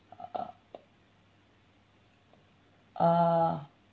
uh uh